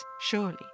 surely